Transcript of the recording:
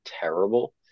terrible